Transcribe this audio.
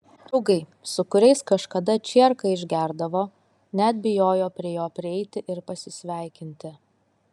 draugai su kuriais kažkada čierką išgerdavo net bijojo prie jo prieiti ir pasisveikinti